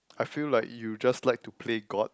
I feel like you just like to play god